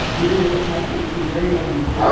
even though it might make you very angry,